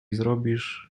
zrobisz